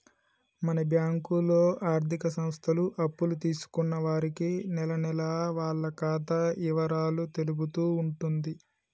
మన బ్యాంకులో ఆర్థిక సంస్థలు అప్పులు తీసుకున్న వారికి నెలనెలా వాళ్ల ఖాతా ఇవరాలు తెలుపుతూ ఉంటుంది